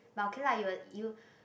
but okay lah you will you